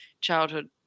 childhood